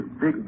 big